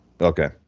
Okay